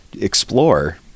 explore